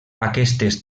aquestes